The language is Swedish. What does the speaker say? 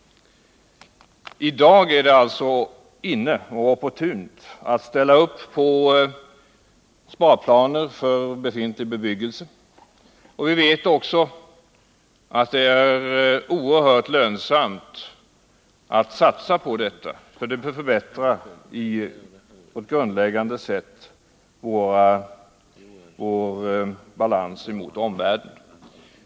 I dag är det ”inne” och opportunt politiskt att ställa upp på sparplaner för befintlig bebyggelse, och vi vet också att det är oerhört lönsamt att satsa på detta. Det förbättrar på ett grundläggande sätt vår balans gentemot omvärlden.